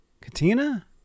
Katina